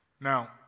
Now